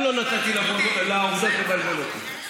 לא נתתי לעובדות לבלבל אותי.